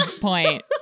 point